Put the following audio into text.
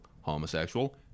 homosexual